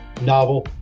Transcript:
novel